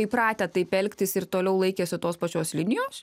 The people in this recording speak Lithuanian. įpratę taip elgtis ir toliau laikėsi tos pačios linijos